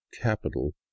capital